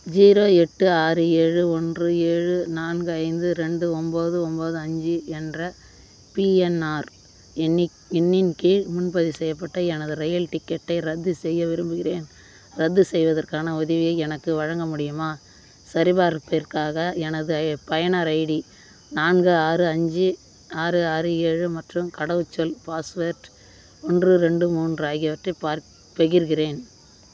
zero எட்டு ஆறு ஏழு ஒன்று ஏழு நான்கு ஐந்து ரெண்டு ஒம்போது ஒம்போது அஞ்சு என்ற பிஎன்ஆர் எண்ணி எண்ணின் கீழ் முன்பதிவு செய்யப்பட்ட எனது ரயில் டிக்கெட்டை ரத்துசெய்ய விரும்புகிறேன் ரத்து செய்வதற்கான உதவியை எனக்கு வழங்க முடியுமா சரிபார்ப்பிற்காக எனது பயனர் ஐடி நான்கு ஆறு அஞ்சு ஆறு ஆறு ஏழு மற்றும் கடவுச்சொல் பாஸ்வேர்ட் ஒன்று ரெண்டு மூன்று ஆகியவற்றைப் பகிர்கிறேன்